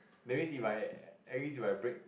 that means if I at least if I break